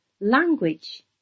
language